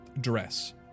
dress